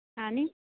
ऐनी